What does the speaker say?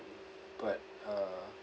but uh